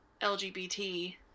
LGBT